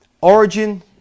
Origin